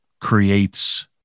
creates